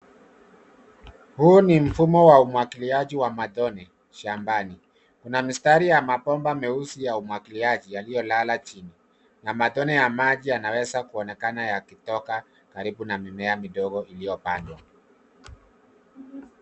Huu ni mfumo wa umwagiliaji wa matone shambani. Kuna mistari ya mabomba meusi ya umwagiliaji yaliyolala chini na matone ya maji yanaweza kuonekana yakitoka karibu na mimea midogo iliyopandwa.